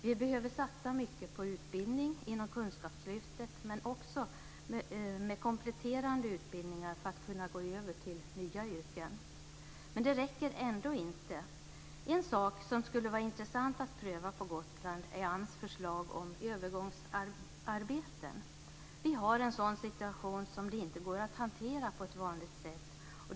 Vi behöver satsa mycket på utbildning inom Kunskapslyftet, men också på kompletterande utbildningar för att arbetslösa ska kunna gå över till nya yrken. Men det räcker ändå inte. En sak som det skulle vara intressant att pröva på Gotland är AMS förslag om övergångsarbeten. Vi har en situation som det inte går att hantera på ett vanligt sätt.